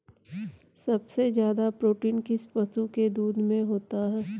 सबसे ज्यादा प्रोटीन किस पशु के दूध में होता है?